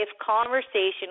conversation